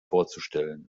vorzustellen